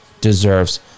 deserves